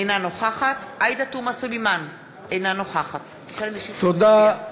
אינה נוכחת עאידה תומא סלימאן, אינה נוכחת תודה.